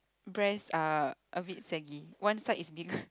breast uh a bit saggy one side is bigger